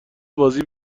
بازی